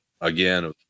Again